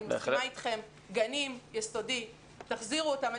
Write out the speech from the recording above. אני מסכימה אתכם: גנים, יסודי תחזירו אותם.